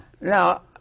Now